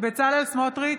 בצלאל סמוטריץ'